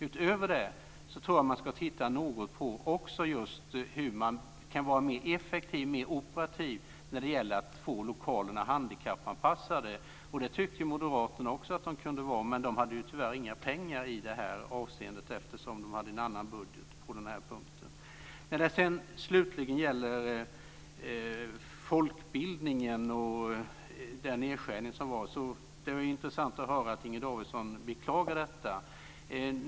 Utöver det kan man också titta något på just hur man kan vara mer effektiv och mer operativ när det gäller att få lokalerna handikappanpassade. Det tyckte ju Moderaterna också, men de hade tyvärr inga pengar i detta avseende eftersom de hade en annan budget. När det slutligen gäller folkbildningen och den nedskärning som gjordes är det intressant att höra att Inger Davidson beklagar detta.